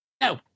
No